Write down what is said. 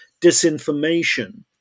disinformation